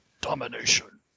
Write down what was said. Domination